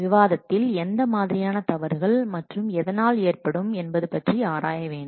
விவாதத்தில் எந்த மாதிரியான தவறுகள் மற்றும் எதனால் ஏற்படும் என்பது பற்றி ஆராய வேண்டும்